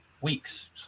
weeks